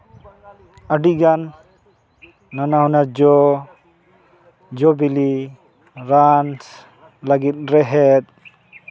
ᱟᱹᱰᱤᱜᱟᱱ ᱱᱟᱱᱟᱦᱩᱱᱟᱹᱨ ᱡᱚ ᱡᱚᱼᱵᱤᱞᱤ ᱨᱟᱱ ᱞᱟᱹᱜᱤᱫ ᱨᱮᱦᱮᱫ